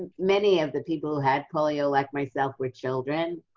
many of the people who had polio, like myself, were children.